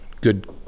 good